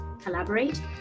collaborate